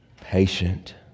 patient